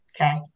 Okay